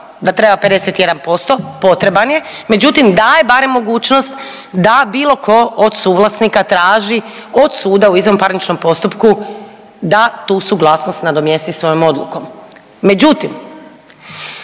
da treba 51%, potreban je, međutim daje barem mogućnost da bilo ko od suvlasnika traži od suda u izvanparničnom postupku da tu suglasnost nadomjesti svojom odlukom.